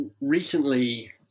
recently